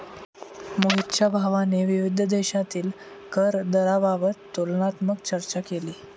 मोहितच्या भावाने विविध देशांतील कर दराबाबत तुलनात्मक चर्चा केली